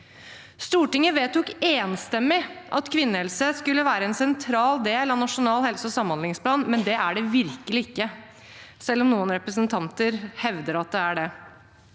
Stortinget vedtok enstemmig at kvinnehelse skulle være en sentral del av Nasjonal helse- og samhandlingsplan, men det er det virkelig ikke – selv om noen representanter hevder at det er det.